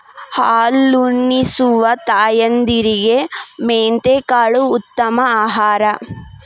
ಹಾಲುನಿಸುವ ತಾಯಂದಿರಿಗೆ ಮೆಂತೆಕಾಳು ಉತ್ತಮ ಆಹಾರ